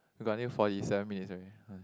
we got only forty seven minutes only em